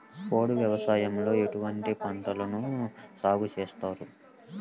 పోడు వ్యవసాయంలో ఎటువంటి పంటలను సాగుచేస్తారు?